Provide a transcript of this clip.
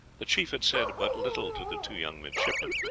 the chief had said but little to the two young midshipmen,